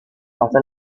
pasa